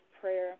prayer